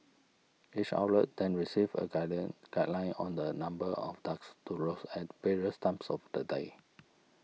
each outlet then receives a garden guideline on the number of ducks to roast at various times of the day